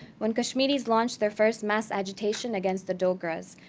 when kashmiris launched their first mass agitation against the dogras,